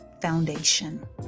foundation